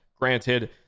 Granted